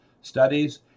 studies